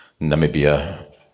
Namibia